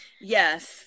Yes